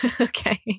Okay